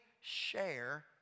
share